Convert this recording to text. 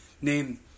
name